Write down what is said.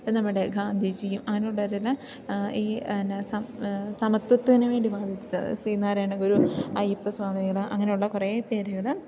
ഇത് നമ്മുടെ ഗാന്ധിജിയും അങ്ങനെയുള്ളവരന്നേ ഈ ന്നെ സമത്വത്തിനു വേണ്ടി വാദിച്ചത് ശ്രീനാരായണ ഗുരു അയ്യപ്പ സ്വാമികൾ അങ്ങനെയുള്ള കുറേ പേരുകൾ